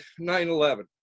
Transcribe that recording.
9-11